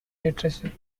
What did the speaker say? literature